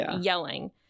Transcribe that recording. yelling